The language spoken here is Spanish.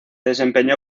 desempeñó